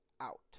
out